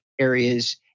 areas